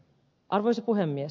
arvoisa puhemies